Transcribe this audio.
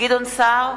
גדעון סער,